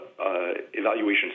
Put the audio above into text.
evaluation